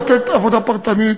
אפשרות לתת עבודה פרטנית,